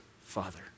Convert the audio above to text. Father